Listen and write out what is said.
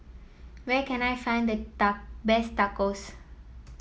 where can I find the best Tacos